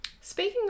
Speaking